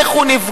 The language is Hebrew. איך הוא נפגע,